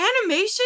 animation